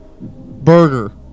Burger